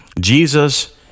Jesus